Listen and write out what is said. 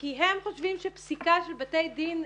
כי הם חושבים שפסיקה של בתי דין,